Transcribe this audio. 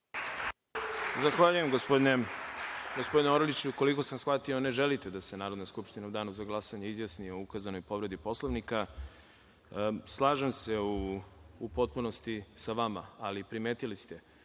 Zahvaljujem gospodine Orliću. Koliko sam shvatio, ne želite da se Narodna skupština u Danu za glasanje izjasni o ukazanoj povredi Poslovnika. Slažem se u potpunosti sa vama, ali, primetili ste,